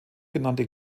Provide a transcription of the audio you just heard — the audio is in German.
genannte